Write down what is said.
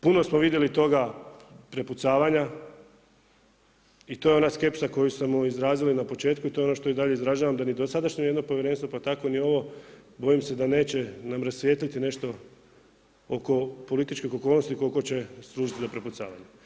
Puno smo vidjeli toga prepucavanja i to je ona skepsa koju smo izrazili na početku i to je i ono što i dalje izražavam da ni dosadašnje ni jedno povjerenstvo, pa tako ni ovo bojim se da neće nam rasvijetliti nešto oko političkih okolnosti koliko će služiti za prepucavanje.